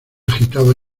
agitaba